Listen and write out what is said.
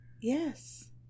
Yes